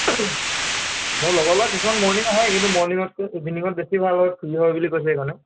মোৰ লগৰ ল'ৰা কিছুমান মৰ্ণনিং আহে কিন্তু মৰ্ণনিঙতকৈ ইভিনিঙত বেছি ভাল হয় ফ্ৰী হয় বুলি কৈছে সেইকাৰণে